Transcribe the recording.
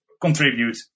contribute